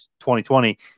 2020